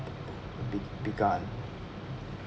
be~ begun